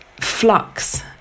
flux